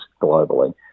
globally